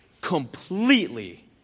completely